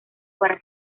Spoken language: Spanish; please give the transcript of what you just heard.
para